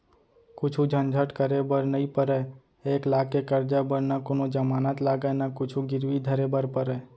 कुछु झंझट करे बर नइ परय, एक लाख के करजा बर न कोनों जमानत लागय न कुछु गिरवी धरे बर परय